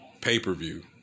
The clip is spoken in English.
pay-per-view